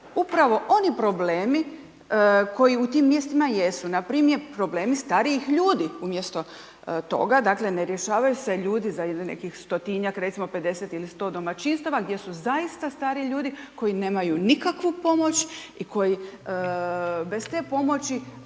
upravo oni problemi koji u tim mjestima jesu, npr. problemi starijih ljudi umjesto toga, dakle, ne rješavaju se ljudi za ili nekih stotinjak, recimo 50 ili 100 domaćinstava gdje su zaista stariji ljudi koji nemaju nikakvu pomoć i koji bez te pomoći